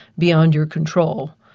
beyond your control,